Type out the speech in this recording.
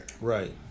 Right